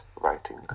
writing